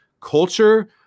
Culture